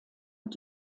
und